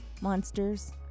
monsters